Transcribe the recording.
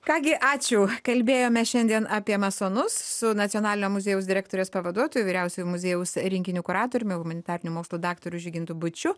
ką gi ačiū kalbėjome šiandien apie masonus su nacionalinio muziejaus direktorės pavaduotoju vyriausiuoju muziejaus rinkinių kuratoriumi humanitarinių mokslų daktaru žygintu būčiu